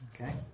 Okay